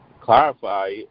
clarify